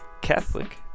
Catholic